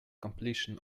completion